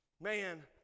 man